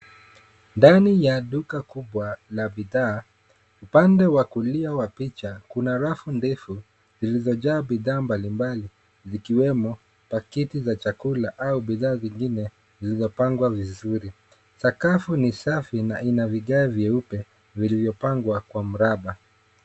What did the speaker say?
Ndani ya dukaa kubwa la bidhaa upande wa kulia wa picha kuna rafu ndefu zilizojaa bidhaa mbalimbali zikiwemo paketi za chakula au bidha zengine zilizopangwa vizuri. Sakafu ni safi na ina vigae vyeupe vilivyopangwa kwa mraba.